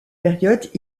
période